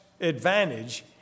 advantage